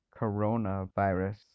coronavirus